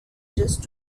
just